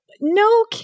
no